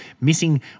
missing